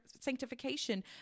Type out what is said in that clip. sanctification